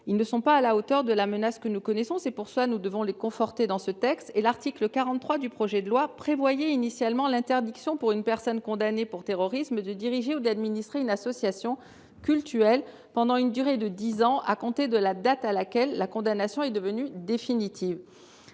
outils n'étant pas à la hauteur de la menace que nous connaissons, nous devons les renforcer dans ce texte. L'article 43 du projet de loi prévoyait initialement d'interdire à une personne condamnée pour terrorisme de diriger ou d'administrer une association cultuelle, pendant une durée de dix ans à compter de la date à laquelle la condamnation est devenue définitive.